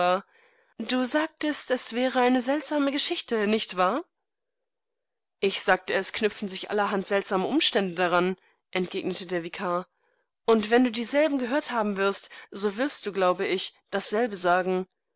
ichbinbereit chennery sobaldesdirbeliebtebensobereit meinguterfreund aufdenspaziergang imgartenalsaufdiegeschichtewegendesverkaufsvonporthgennatower dusagtest eswäreeineseltsamegeschichte nichtwahr ich sagte es knüpfen sich allerhand seltsame umstände daran entgegnete der vikar und wenn du dieselben gehört haben wirst so wirst du glaube ich dasselbe sagen